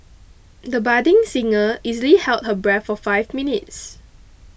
the budding singer easily held her breath for five minutes